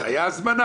זו הייתה הזמנה.